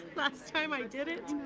last time i did it,